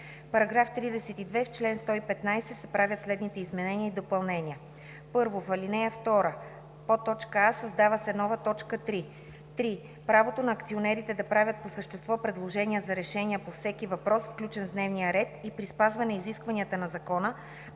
§ 32: „§ 32. В чл. 115 се правят следните изменения и допълнения: 1. В ал. 2: а) създава се нова т. 3: „3. правото на акционерите да правят по същество предложения за решения по всеки въпрос, включен в дневния ред и при спазване изискванията на закона,